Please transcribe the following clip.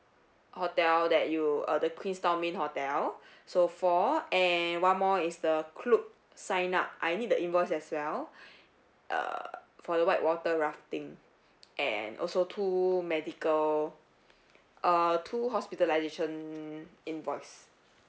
hotel that you uh the queen star main hotel so four and one more is the Klook sign up I need the invoice as well uh for the white water rafting and also two medical uh two hospitalisation invoice